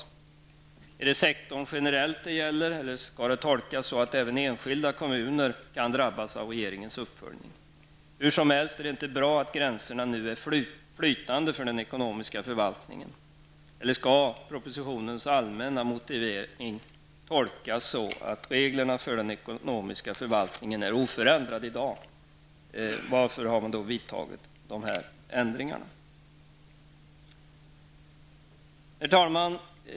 Gäller det sektorn generellt, eller skall det tolkas så, att även enskilda kommuner kan drabbas av regeringens uppföljning? Det är hur som helst inte bra att gränserna för den ekonomiska förvaltningen nu är flytande. Eller skall propositionens allmänna motivering tolkas så, att reglerna för den ekonomiska förvaltningen i dag är oförändrad? Varför har man då vidtagit dessa förändringar? Herr talman!